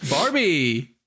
Barbie